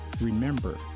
remember